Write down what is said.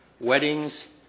weddings